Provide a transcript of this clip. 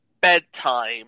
bedtime